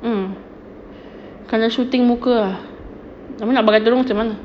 mm kena shooting muka ah abeh nak pakai tudung macam mana